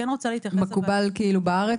מקובל בארץ?